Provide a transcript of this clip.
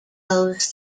goes